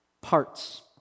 parts